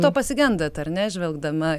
to pasigendat ar ne žvelgdama